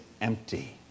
empty